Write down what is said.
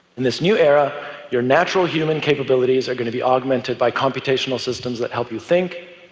in this new era, your natural human capabilities are going to be augmented by computational systems that help you think,